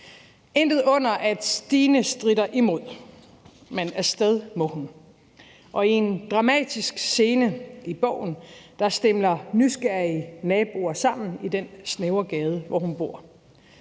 intet under, at Stine stritter imod, men af sted må hun, og i en dramatisk scene i bogen stimler nysgerrige naboer sammen i den snævre gade, hvor hun bor.